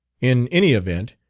in any event,